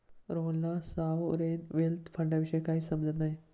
रोहनला sovereign wealth फंडाविषयी काहीच समजत नाही